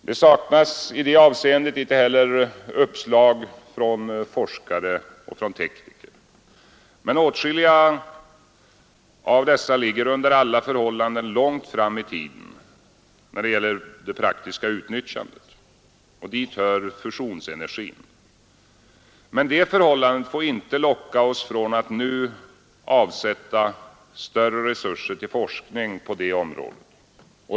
Det saknas i det avseendet inte heller uppslag från forskare och tekniker. Men åtskilliga av dessa ligger under alla förhållanden långt fram i tiden när det gäller praktiskt utnyttjande. Dit hör fusionsenergin. Men det förhållandet får inte locka oss från att nu avsätta större resurser till forskning på det området.